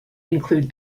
include